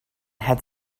had